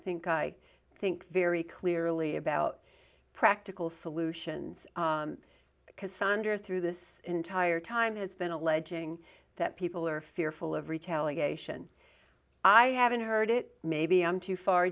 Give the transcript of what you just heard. think i think very clearly about practical solutions because sonders through this entire time has been alleging that people are fearful of retaliation i haven't heard it maybe i'm too far